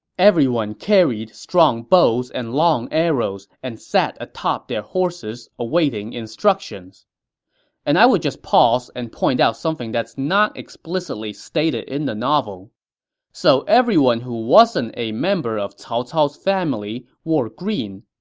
everyone carried strong bows and long arrows and sat atop their horses awaiting instructions and i would just pause and point out something that's not explicitly stated in the novel so everyone who wasn't a member of cao cao's family wore green,